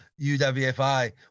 uwfi